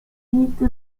lafitte